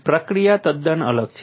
પ્રક્રિયા તદ્દન અલગ છે